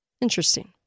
Interesting